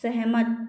सहमत